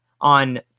On